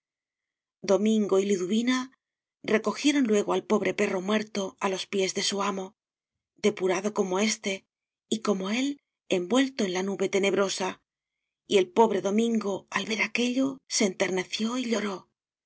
y liduvina recojieron luego al pobre perro muerto a los pies de su amo depurado como éste y como él envuelto en la nube tenebrosa y el pobre domingo al ver aquello se enterneció y lloró